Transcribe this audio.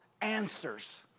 answers